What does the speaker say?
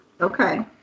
Okay